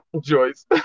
Joyce